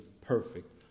perfect